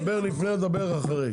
לא, לדבר לפני או לדבר אחרי.